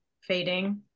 fading